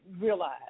realize